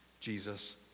Jesus